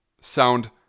sound